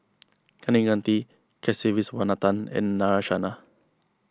Kaneganti Kasiviswanathan and Narayana